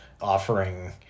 offering